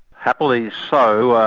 happily so,